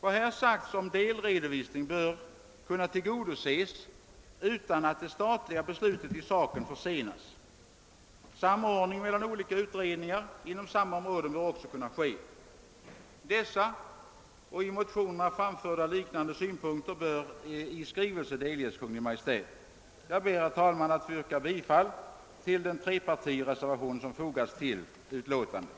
Ett krav på delredovisning bör kunna tillgodoses utan att slutliga beslut i frågan försenas. Olika utredningar inom samma område bör också kunna samordnas. Dessa och i motionerna framförda liknande synpunkter bör i skrivelse delges Kungl. Maj:t. Jag ber därför att få yrka bifall till den trepartireservation som har fogats vid utlåtandet.